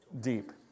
deep